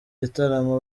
gitaramo